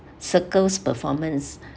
circles performance